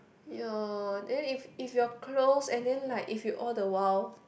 ya then if if your close and then like if you all the while